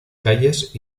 calles